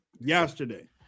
Yesterday